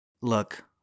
Look